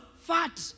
fat